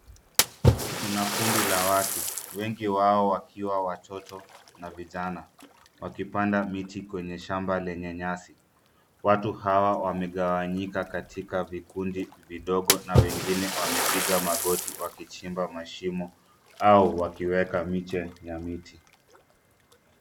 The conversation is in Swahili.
Kuna kundi la watu wengi wao wakiwa watoto na vijana wakipanda miti kwenye shamba lenye nyasi watu hawa wamegawanyika katika vikundi vidogo na wengine wamepiga magoti wakichimba mashimo au wakiweka miche ya miti.